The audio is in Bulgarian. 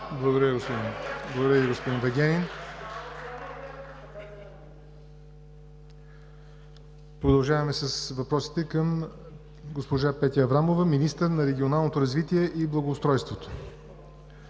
Благодаря Ви, господин Вигенин. Продължаваме с въпросите към госпожа Петя Аврамова – министър на регионалното развитие и благоустройството.